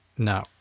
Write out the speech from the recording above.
No